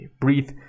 Breathe